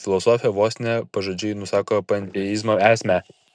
filosofė vos ne pažodžiui nusako panteizmo esmę